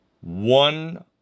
one